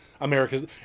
America's